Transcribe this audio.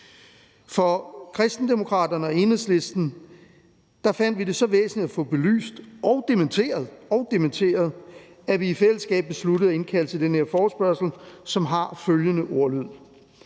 I Kristendemokraterne og Enhedslisten fandt vi det så væsentligt at få det belyst og dementeret, at vi i fællesskab besluttede at indkalde til den her forespørgsel, som har følgende ordlyd: